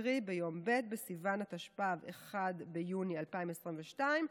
קרי ביום ב' בסיוון התשפ"ב, 1 ביוני 2022,